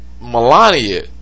Melania